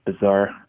bizarre